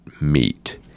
meet